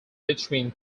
between